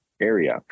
area